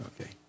Okay